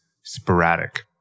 sporadic